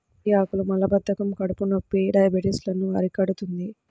మెంతి ఆకులు మలబద్ధకం, కడుపునొప్పి, డయాబెటిస్ లను అరికడుతుంది